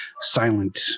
silent